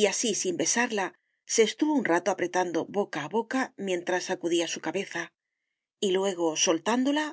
y así sin besarla se estuvo un rato apretando boca a boca mientras sacudía su cabeza y luego soltándola